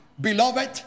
Beloved